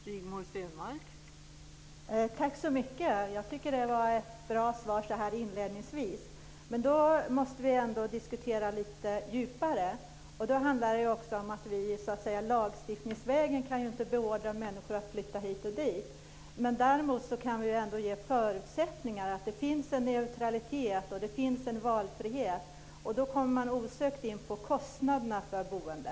Fru talman! Tack så mycket! Jag tycker att det så här inledningsvis var ett bra svar. Men vi måste diskutera lite djupare. Det handlar också om att vi lagstiftningsvägen inte kan beordra människor att flytta hit och dit. Däremot kan vi ge förutsättningar, så att det finns en neutralitet och en valfrihet. Då kommer man osökt in på kostnaderna för boendet.